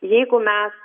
jeigu mes